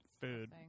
food